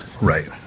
Right